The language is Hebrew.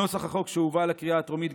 נוסח החוק שהובא לקריאה הטרומית,